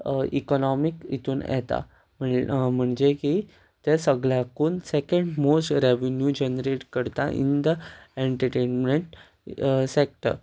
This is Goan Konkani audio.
इकोनोमीक हितून येता म्हणजे की तें सगळ्याकून सेकेंड मोस्ट रेवन्यू जेनरेट करता इन द एंटरटेनमेंट सेक्टर